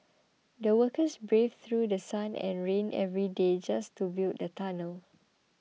the workers braved through The Sun and rain every day just to build the tunnel